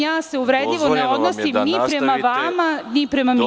Ja se uvredljivo ne odnosim ni prema vama ni prema ministru.